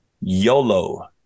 YOLO